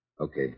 Okay